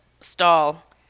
stall